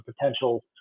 potential